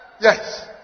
Yes